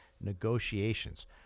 negotiations